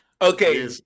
Okay